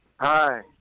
Hi